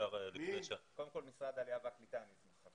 אדוני היושב ראש.